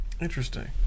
Interesting